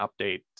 update